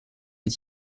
est